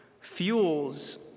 fuels